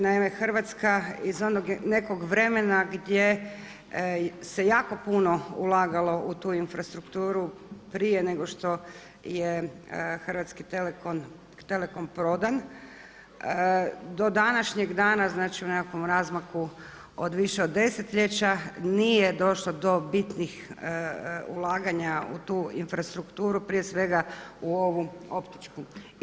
Naime, Hrvatska iz onog nekog vremena gdje se jako puno ulagalo u tu infrastrukturu prije nego što je Hrvatski telekom prodan, do današnjeg dana u nekakvom razmaku od više od desetljeća nije došlo do bitnih ulaganja u tu infrastrukturu prije svega u ovu optičku.